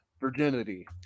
virginity